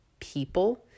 people